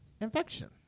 infection